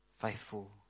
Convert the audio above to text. Faithful